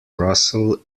russell